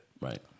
Right